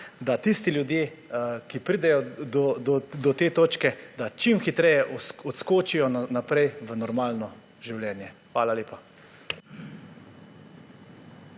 da tisti ljudje, ki pridejo do te točke, čim hitreje odskočijo naprej, v normalno življenje. Hvala lepa.